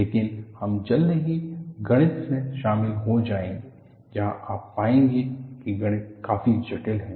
लेकिन हम जल्द ही गणित में शामिल हो जाएंगे जहां आप पाएंगे कि गणित काफी जटिल है